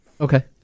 Okay